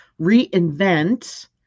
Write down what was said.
reinvent